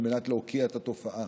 על מנת להוקיע את התופעה.